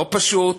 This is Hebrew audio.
לא פשוט,